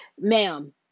ma'am